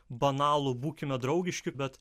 banalų būkime draugiški bet